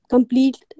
Complete